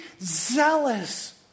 zealous